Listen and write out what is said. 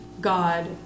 God